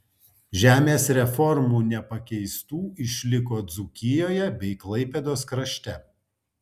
žemės reformų nepakeistų išliko dzūkijoje bei klaipėdos krašte